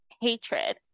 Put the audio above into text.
hatred